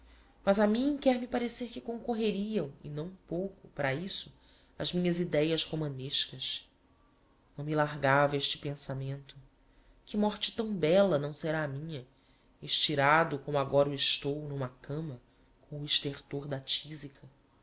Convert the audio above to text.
mas a mim quer-me parecer que concorreriam e não pouco para isso as minhas ideias romanescas não me largava este pensamento que morte tão bella não será a minha estirado como agora o estou n'uma cama com o estertor da tisica